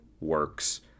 works